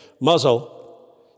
Muzzle